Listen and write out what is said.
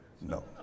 no